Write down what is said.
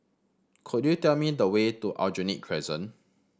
could you tell me the way to Aljunied Crescent